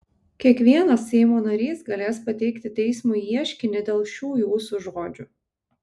kiekvienas seimo narys galės pateikti teismui ieškinį dėl šių jūsų žodžių